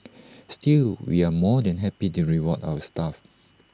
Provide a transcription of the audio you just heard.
still we are more than happy to reward our staff